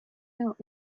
out